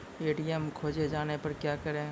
ATM खोजे जाने पर क्या करें?